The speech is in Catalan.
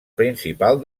principal